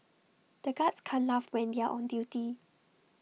the guards can laugh when they are on duty